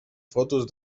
fotos